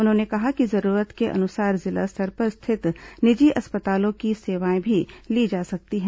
उन्होंने कहा कि जरूरत के अनुसार जिला स्तर पर स्थित निजी अस्पतालों की सेवाएं भी ली जा सकती हैं